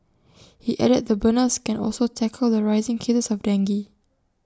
he added the burners can also tackle the rising cases of dengue